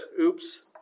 Oops